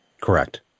Correct